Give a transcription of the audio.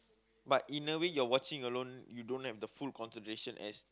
but in a way you are watching alone you don't have the full concentration as